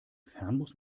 fernbus